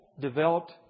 developed